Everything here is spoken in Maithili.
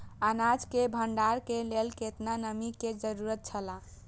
अनाज के भण्डार के लेल केतना नमि के जरूरत छला?